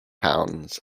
pounds